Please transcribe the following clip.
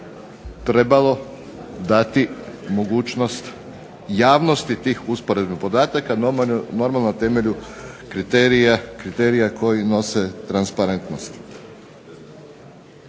trebalo dati mogućnost javnosti tih usporednih podataka normalno na temelju kriterija, kriterija koji nose transparentnost.